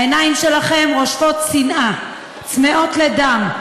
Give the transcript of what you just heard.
העיניים שלכם רושפות שנאה, צמאות לדם.